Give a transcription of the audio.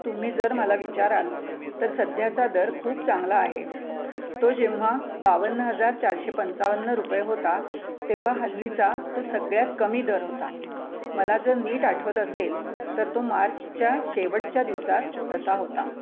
तुम्ही जर मला विचाराल तर सध्याचा दर खूप चांगला आहे तो जेव्हा बावन्न हजार चारशे पंचावन्न रुपये होता तेव्हा हल्लीचा तो सगळ्यात कमी दर होता मला जर नीट आठवत असेल तर तो मार्चच्या शेवटच्या दिवसात तसा होता